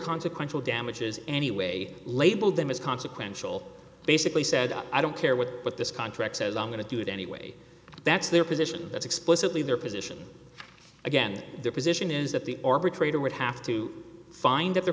consequential damages anyway labelled them as consequential basically said i don't care what this contract says i'm going to do it anyway that's their position that's explicitly their position again their position is that the arbitrator would have to find that the